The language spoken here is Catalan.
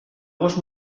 gos